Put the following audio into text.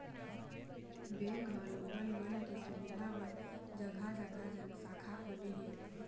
bank ह लोगन मन के सुबिधा बर जघा जघा शाखा खोले हे